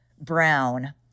Brown